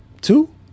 two